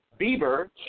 Bieber